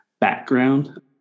background